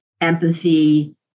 empathy